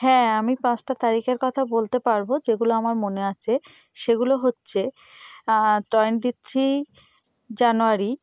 হ্যাঁ আমি পাঁচটা তারিখের কথা বলতে পারবো যেগুলো আমার মনে আছে সেগুলো হচ্ছে টোয়েন্টি থ্রি জানোয়ারি